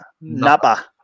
Napa